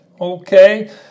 Okay